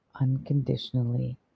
unconditionally